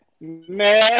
Man